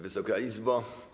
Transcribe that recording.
Wysoka Izbo!